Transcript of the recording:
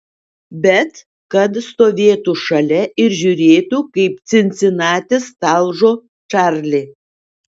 bet kad stovėtų šalia ir žiūrėtų kaip cincinatis talžo čarlį